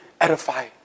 edify